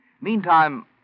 Meantime